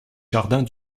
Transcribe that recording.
jardins